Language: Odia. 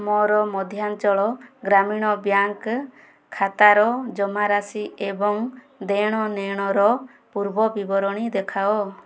ମୋର ମଧ୍ୟାଞ୍ଚଳ ଗ୍ରାମୀଣ ବ୍ୟାଙ୍କ୍ ଖାତାର ଜମାରାଶି ଏବଂ ଦେଣନେଣର ପୂର୍ବବିବରଣୀ ଦେଖାଅ